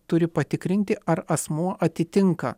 turi patikrinti ar asmuo atitinka